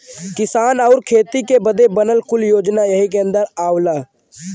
किसान आउर खेती बदे बनल कुल योजना यही के अन्दर आवला